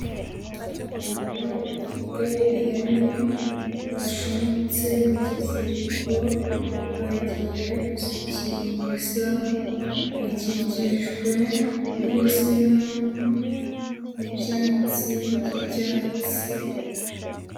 Abantu bafite ihene bashumitse mu kiziriko bagiye guzikingiza, bakikijwe n'insina n'ibyatsi by'icyatsi.